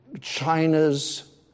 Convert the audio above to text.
China's